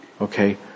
okay